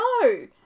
No